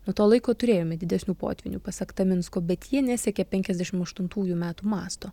nuo to laiko turėjome didesnių potvynių pasak taminsko bet jie nesiekė penkiasdešimt aštuntųjų metų masto